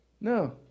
No